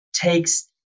takes